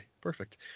Perfect